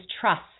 trust